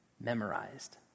Memorized